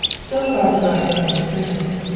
so far the road had been deserted.